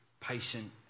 patient